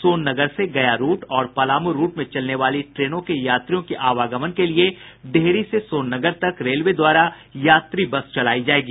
सोन नगर से गया रूट और पलामू रूट में चलने वाली ट्रेनों के यात्रियों के आवागमन के लिए डेहरी से सोन नगर तक रेलवे द्वारा यात्री बस चलायी जायेगी